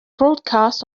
broadcast